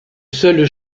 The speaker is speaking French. seule